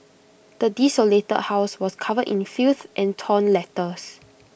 the desolated house was covered in filth and torn letters